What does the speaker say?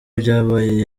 byabaye